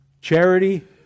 Charity